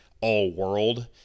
all-world